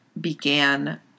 began